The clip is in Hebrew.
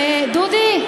דודי?